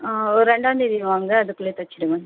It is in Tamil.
ஒரு ரெண்டாந்தேதி வாங்க அதுக்குள்ளே தச்சுடுவேன்